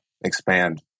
expand